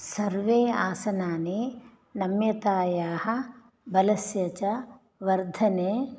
सर्वे आसनानि नम्यतायाः बलस्य च वर्धने